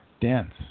Dense